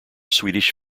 swedish